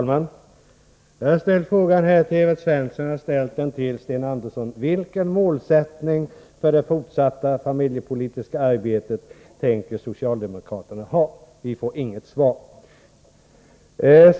Fru talman! Jag har ställt frågan till Evert Svensson, och jag har ställt den till Sten Andersson: Vilken målsättning för det fortsatta familjepolitiska arbetet tänker socialdemokraterna ha? Vi får inget svar.